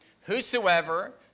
Whosoever